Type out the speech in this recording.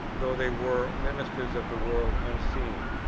though they were ministers of the world unseen,